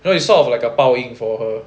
you know it's sort of like a 报应 for her